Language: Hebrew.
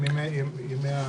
גיס,